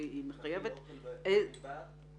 מכין אוכל במטבח ועוד.